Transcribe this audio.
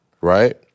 Right